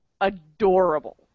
adorable